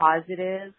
positive